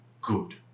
good